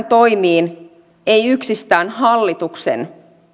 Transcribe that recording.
toimiin eivät yksistään hallituksen